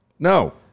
No